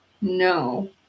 No